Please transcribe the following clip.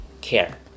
care